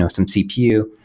so some cpu.